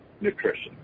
Nutrition